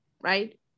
right